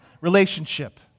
relationship